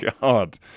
God